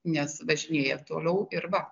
nes važinėja toliau ir va